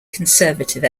conservative